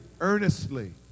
earnestly